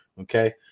Okay